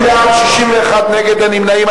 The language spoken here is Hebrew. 30 בעד, 61 נגד, אין נמנעים.